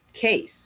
case